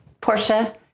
Portia